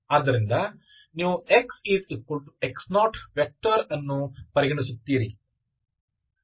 ಆದ್ದರಿಂದ ನೀವು xx0 vector ಅನ್ನು ಪರಿಗಣಿಸುತ್ತೀರಿ